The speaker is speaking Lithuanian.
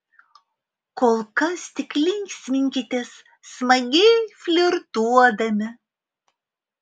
kol kas tik linksminkitės smagiai flirtuodami